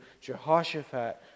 Jehoshaphat